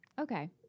Okay